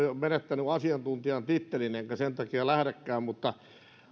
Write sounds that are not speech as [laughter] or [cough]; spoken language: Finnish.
[unintelligible] jo menettänyt asiantuntijan tittelin enkä sen takia lähdekään tähän mutta